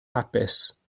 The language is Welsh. hapus